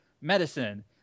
medicine